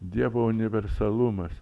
dievo universalumas